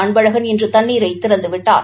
அன்பழகன் இன்று தண்ணீரை திறந்துவிட்டார்